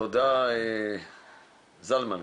תודה עו"ד זלמן.